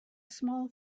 small